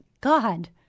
God